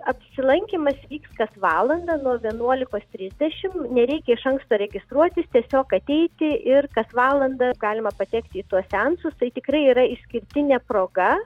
apsilankymas vyks kas valandą nuo vienuolikos trisdešim nereikia iš anksto registruotis tiesiog ateiti ir kas valandą galima patekti į tuos seansus tai tikrai yra išskirtinė proga